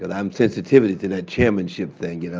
and i am sensitive to that chairmanship thing, you know.